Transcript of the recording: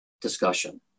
discussion